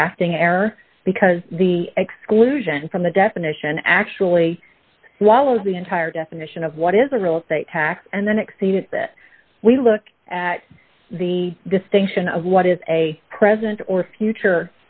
drafting error because the exclusion from the definition actually was the entire definition of what is a real estate tax and then exceed that we look at the distinction of what is a present or future